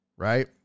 Right